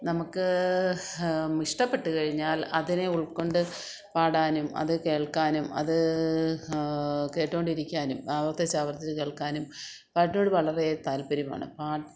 നമുക്ക് ഇഷ്ടപ്പെട്ട് കഴിഞ്ഞാൽ അതിനെ ഉൾക്കൊണ്ട് പാടാനും അത് കേൾക്കാനും അത് കേട്ടോണ്ടിരിക്കാനും ആവർത്തിച്ചാവർത്തിച്ച് കേൾക്കാനും പാട്ടിനോട് വളരെ താൽപ്പര്യമാണ്